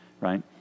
right